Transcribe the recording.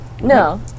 No